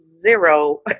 zero